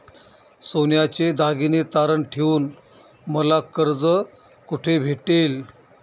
सोन्याचे दागिने तारण ठेवून मला कर्ज कुठे भेटेल?